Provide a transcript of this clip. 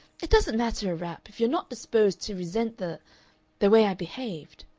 it doesn't matter a rap if you're not disposed to resent the the way i behaved.